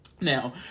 Now